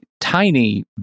tiny